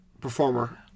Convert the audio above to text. performer